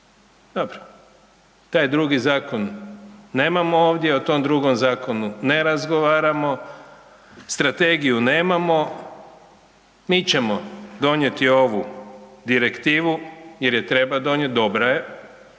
dobro, taj drugi Zakon nemamo ovdje, o tom drugom Zakonu ne razgovaramo, strategiju nemamo, mi ćemo donijeti ovu Direktivu jer je treba donijet, dobra je,